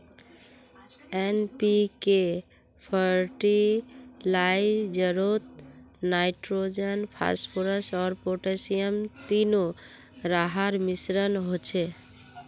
NPK फ़र्टिलाइज़रोत nitrogen, phosphorus आर potassium तीनो रहार मिश्रण होचे